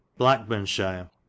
Blackburnshire